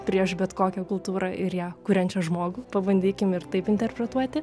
prieš bet kokią kultūrą ir ją kuriančią žmogų pabandykim ir taip interpretuoti